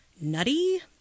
nutty